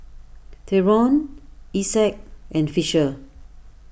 theron Isaak and Fisher